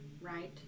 right